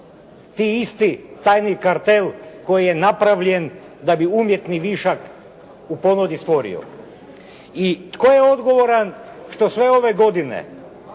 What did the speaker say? ti isti, tajni kartel koji je napravljen da bi umjetni višak u ponudi stvorio. I tko je odgovoran što sve ove godine